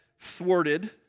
thwarted